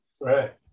Right